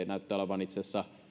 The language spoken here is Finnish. näyttää olevan itse asiassa